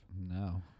No